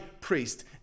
priest